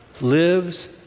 lives